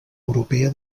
europea